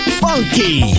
funky